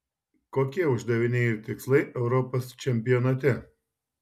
kokie uždaviniai ir tikslai europos čempionate